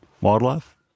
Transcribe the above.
wildlife